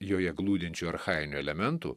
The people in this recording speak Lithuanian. joje glūdinčių archajinių elementų